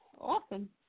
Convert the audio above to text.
Awesome